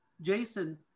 Jason